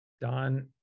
Don